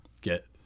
get